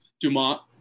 Dumont